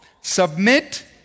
submit